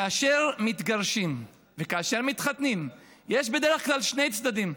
כאשר מתגרשים וכאשר מתחתנים יש בדרך כלל שני צדדים.